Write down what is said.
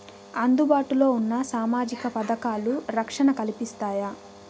అందుబాటు లో ఉన్న సామాజిక పథకాలు, రక్షణ కల్పిస్తాయా?